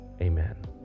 Amen